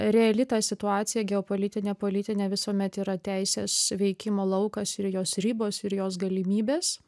reali ta situacija geopolitinė politinė visuomet yra teisės veikimo laukas ir jos ribos ir jos galimybės